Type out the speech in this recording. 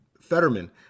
Fetterman